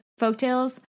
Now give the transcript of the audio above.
folktales